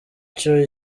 cyo